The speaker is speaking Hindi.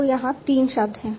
तो यहां 3 शब्द हैं